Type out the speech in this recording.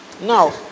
now